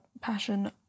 passion